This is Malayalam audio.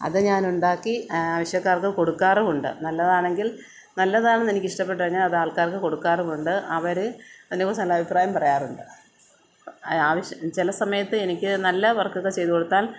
അത് ഞാനുണ്ടാക്കി ആവശ്യക്കാർക്ക് കൊടുക്കാറുമുണ്ട് നല്ലതാണെങ്കിൽ നല്ലതാണെന്നെനിക്കിഷ്ടപ്പെട്ടുകഴിഞ്ഞാൽ അത് ആൾക്കാർക്ക് കൊടുക്കാറുമുണ്ട് അവര് അതിനെക്കുറിച്ച് നല്ലഭിപ്രായം പറയാറുണ്ട് ആവശ്യ ചില സമയത്ത് എനിക്ക് നല്ല വർക്ക് ചെയ്തുകൊടുത്താൽ